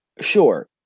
sure